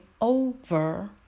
over